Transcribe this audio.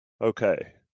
okay